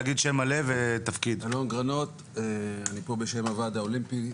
אני פה בשם הוועד האולימפי.